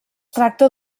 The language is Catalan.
tracta